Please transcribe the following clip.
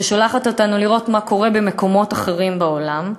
ששולחת אותנו לראות מה קורה במקומות אחרים בעולם.